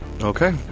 Okay